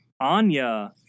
Anya